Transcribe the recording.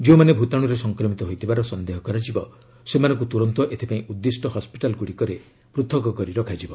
ଯେଉଁମାନେ ଭୂତାଣୁରେ ସଂକ୍ରମିତ ହୋଇଥିବାର ସନ୍ଦେହ କରାଯିବ ସେମାନଙ୍କୁ ତୁରନ୍ତ ଏଥିପାଇଁ ଉଦ୍ଦିଷ୍ଟ ହସ୍କିଟାଲ୍ଗୁଡ଼ିକରେ ଅଲଗା ରଖାଯିବ